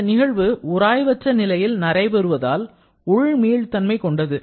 இந்த நிகழ்வு உராய்வற்ற நிலையில் நடைபெறுவதால் உள் மீள்தன்மை கொண்டது